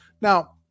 Now